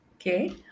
okay